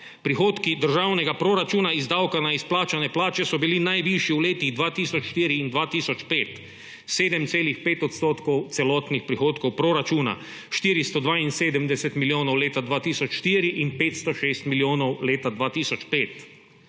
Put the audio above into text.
Prihodki državnega proračuna iz davka na izplačane plače so bili najvišji v letih 2004 in 2005, 7,5 % celotnih prihodkov proračuna, 472 milijonov leta 2004 in 506 milijonov leta 2005.